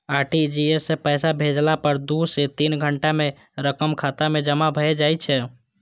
RTGS सं पैसा भेजला पर दू सं तीन घंटा मे रकम खाता मे जमा भए जाइ छै